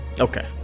Okay